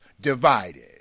divided